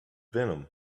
venom